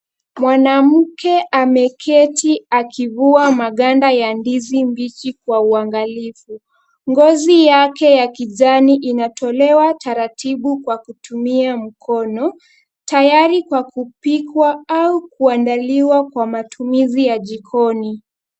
Mwanamke ameketi akivua maganda ya ndizi mbichi kwa uangalifu. Ngozi yake ya kijani inatolewa taratibu kwa kutumia mkono tayari kwa kupikwa au kuandaliwa kwa matumizi ya jikoni.